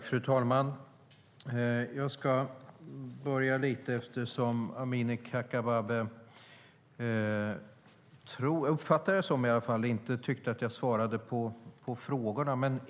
Fru talman! Jag uppfattade det som att Amineh Kakabaveh tyckte att jag inte svarade på frågorna.